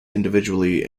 individually